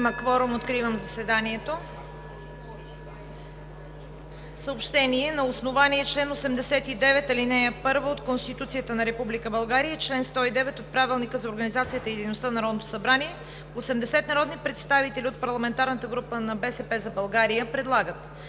Има кворум. Откривам заседанието.